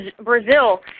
Brazil